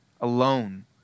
alone